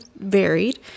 varied